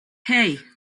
hey